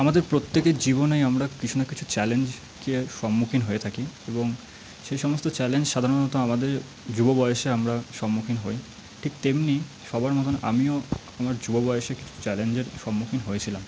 আমাদের প্রত্যেকের জীবনে আমরা কিছু না কিছু চ্যালেঞ্জকে সম্মুখীন হয়ে থাকি এবং সেই সমস্ত চ্যালেঞ্জ সাধারণত আমাদের যুব বয়সে আমরা সম্মুখীন হই ঠিক তেমনি সবার মতন আমিও আমার যুব বয়সে কিছু চ্যালেঞ্জের সম্মুখীন হয়েছিলাম